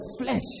flesh